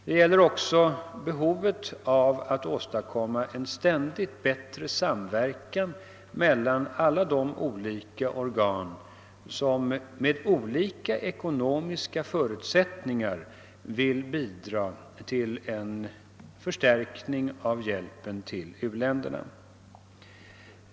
Det gäller behovet av att åstadkomma en ständigt bättre samverkan mellan alla de olika organ, som med olika ekonomiska förutsättningar vill bidra till en förstärkning av hjälpen till u-länderna.